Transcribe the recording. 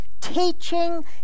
teaching